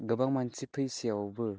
गोबां मानसि फैसेयावबो